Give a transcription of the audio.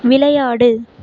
விளையாடு